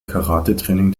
karatetraining